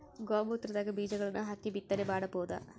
ಗೋ ಮೂತ್ರದಾಗ ಬೀಜಗಳನ್ನು ಹಾಕಿ ಬಿತ್ತನೆ ಮಾಡಬೋದ?